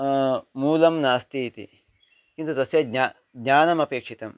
मूलं नास्ति इति किन्तु तस्य ज्ञा ज्ञानमपेक्षितम्